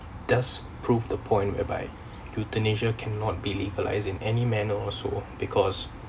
does prove the point whereby euthanasia cannot be legalised in any manner so because